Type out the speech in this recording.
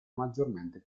maggiormente